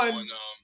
one